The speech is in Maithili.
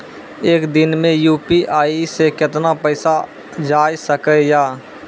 एक दिन मे यु.पी.आई से कितना पैसा जाय सके या?